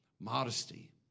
Modesty